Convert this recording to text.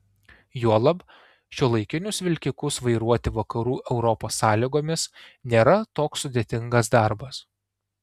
juolab šiuolaikinius vilkikus vairuoti vakarų europos sąlygomis nėra toks sudėtingas darbas